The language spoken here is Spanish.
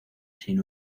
sin